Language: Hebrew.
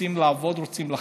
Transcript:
רוצים לעבוד ורוצים לחיות.